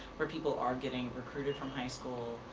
where people are getting recruited from high school,